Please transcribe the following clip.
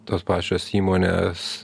tos pačios įmonės